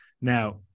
Now